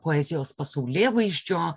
poezijos pasaulėvaizdžio